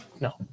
No